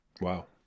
Wow